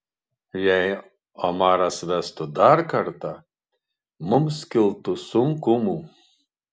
jei omaras vestų dar kartą mums kiltų sunkumų